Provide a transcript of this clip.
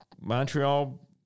Montreal